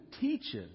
teaches